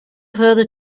further